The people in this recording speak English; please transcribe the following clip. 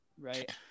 Right